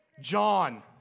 John